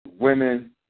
Women